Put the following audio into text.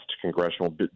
congressional